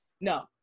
no